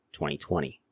2020